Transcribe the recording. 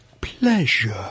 pleasure